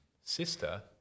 sister